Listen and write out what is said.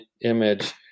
image